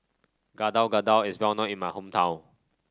Gado Gado is well known in my hometown